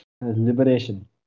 Liberation